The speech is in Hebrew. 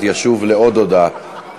חוק ומשפט לוועדת העבודה,